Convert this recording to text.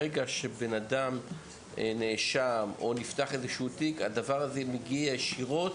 ברגע שאדם נאשם או שנפתח איזשהו תיק הדבר הזה מגיע ישירות,